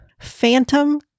Phantom